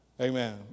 Amen